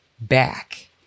back